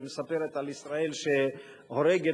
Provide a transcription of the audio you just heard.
שמספרת על ישראל שהורגת,